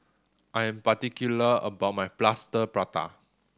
I am particular about my Plaster Prata